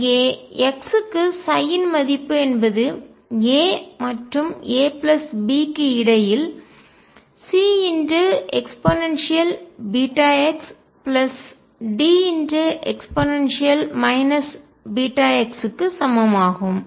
இங்கே x க்கு மதிப்பு என்பது a மற்றும் a b க்கு இடையில் CeβxDe βx க்கு சமம் ஆகும்